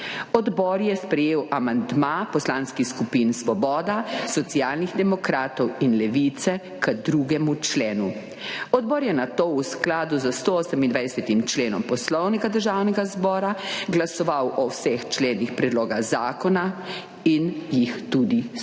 Odbor je sprejel amandma Poslanskih skupin Svoboda, Socialnih demokratov in Levice k 2 členu. Odbor je nato v skladu s 128.členom Poslovnika Državnega zbora glasoval o vseh členih predloga zakona in jih tudi sprejel.